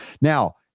Now